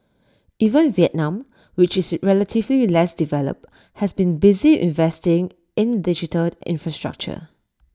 even Vietnam which is relatively less developed has been busy investing in digital infrastructure